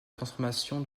transformation